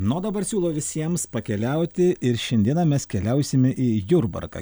nu o dabar siūlau visiems pakeliauti ir šiandieną mes keliausime į jurbarką